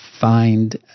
find